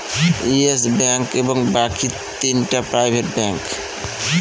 yes bank এবং বাকি তিনটা প্রাইভেট ব্যাঙ্ক